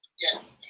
Yes